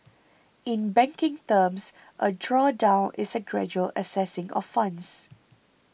in banking terms a drawdown is a gradual accessing of funds